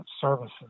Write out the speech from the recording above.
services